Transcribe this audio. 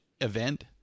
event